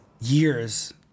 years